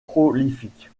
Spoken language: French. prolifique